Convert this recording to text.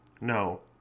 No